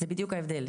זה בדיוק ההבדל.